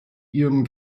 ihrem